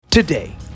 Today